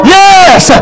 yes